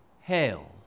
Hail